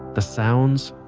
the sounds,